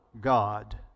God